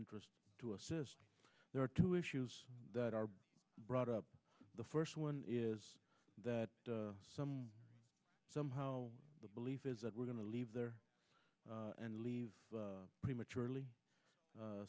interest to assist there are two issues that are brought up the first one is that some somehow the belief is that we're going to leave there and leave prematurely